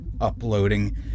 uploading